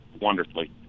wonderfully